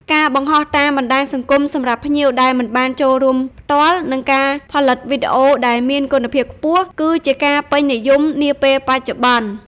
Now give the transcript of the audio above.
ការបង្ហោះតាមបណ្តាញសង្គមសម្រាប់ភ្ញៀវដែលមិនបានចូលរួមផ្ទាល់ និងការផលិត វីដេអូ ដែលមានគុណភាពខ្ពស់ គឺជាការពេញនិយមនាពេលបច្ចុប្បន្ន ។